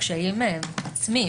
הקשיים הם עצמיים.